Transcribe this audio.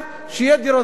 שיהיה דירות קטנות.